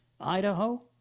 Idaho